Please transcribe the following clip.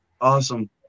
Awesome